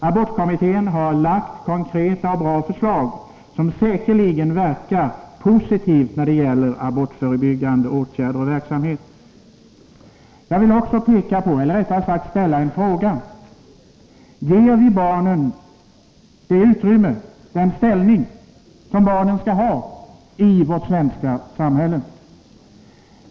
Abortkommittén har lagt konkreta och bra förslag, som säkerligen verkar positivt när det gäller abortförebyggande åtgärder och verksamhet. Men jag vill också ställa en fråga: Ger vi barnen det utrymme, den ställning, som barnen skall ha i vårt svenska samhälle?